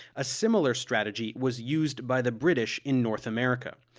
a similar strategy was used by the british in north america.